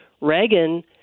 Reagan